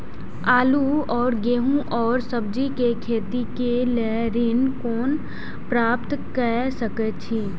आलू और गेहूं और सब्जी के खेती के लेल ऋण कोना प्राप्त कय सकेत छी?